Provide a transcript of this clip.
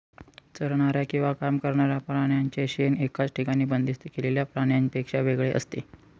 चरणाऱ्या किंवा काम करणाऱ्या प्राण्यांचे शेण एकाच ठिकाणी बंदिस्त केलेल्या प्राण्यांपेक्षा वेगळे असते